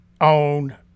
own